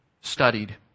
studied